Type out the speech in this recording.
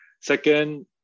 Second